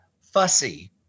fussy